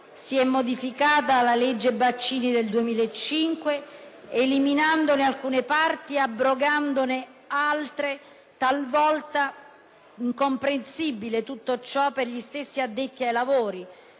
Si è modificata la legge Baccini del 2005, eliminandone alcune parti e abrogandone altre, talvolta in modo incomprensibile per gli stessi addetti ai lavori.